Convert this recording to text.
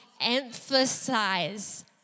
Emphasize